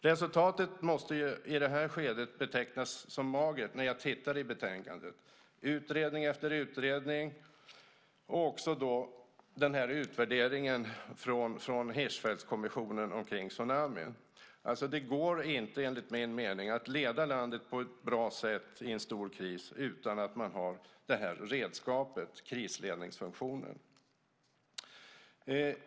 Resultatet måste i det här skedet betecknas som magert, när jag tittar i betänkandet. Utredning efter utredning och också utvärderingen från Hirschfeldtkommissionen omkring tsunamin pekar på det här. Det går alltså inte, enligt min mening, att leda landet på ett bra sätt i en stor kris utan att man har det här redskapet, krisledningsfunktionen.